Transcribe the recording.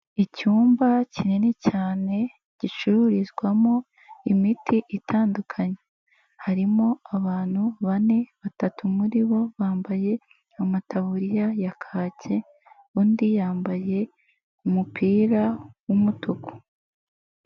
Icyumba kinini cyane gicururizwamo imiti itandukanye harimo abantu bane batatu muri bo bambaye amataburiya ya kake undi yambaye umupira w'umutuku.